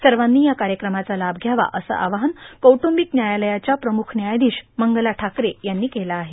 सर्वांनी या कार्यक्रमाचा लाभ घ्यावा असं आवाहन कौट्रंबिक न्यायालयाच्या प्रमुख न्यायाधीश मंगला ठाकरे यांनी केलं आहे